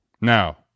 Now